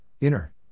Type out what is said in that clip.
Inner